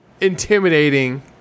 intimidating